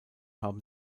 haben